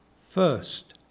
first